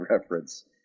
reference